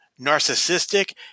narcissistic